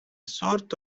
sort